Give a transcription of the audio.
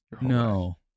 No